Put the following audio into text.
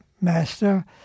master